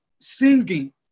singing